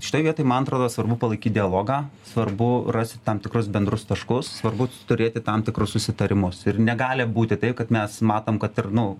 šitoj vietoj man atrodo svarbu palaikyt dialogą svarbu rasti tam tikrus bendrus taškus svarbu turėti tam tikrus susitarimus ir negali būti taip kad mes matom kad ir nu